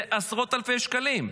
זה עשרות אלפי שקלים.